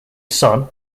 son